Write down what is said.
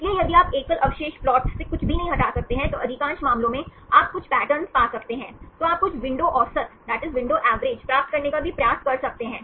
इसलिए यदि आप एकल अवशेष प्लॉट से कुछ भी नहीं हटा सकते हैं तो अधिकांश मामलों में आप कुछ पैटर्न पा सकते हैं तो आप कुछ विंडो औसत प्राप्त करने का भी प्रयास कर सकते हैं